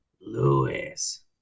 lewis